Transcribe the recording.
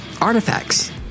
artifacts